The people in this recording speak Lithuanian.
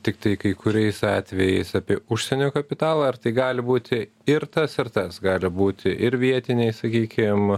tiktai kai kuriais atvejais apie užsienio kapitalą ar tai gali būti ir tas ir tas gali būti ir vietiniai sakykim